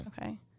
Okay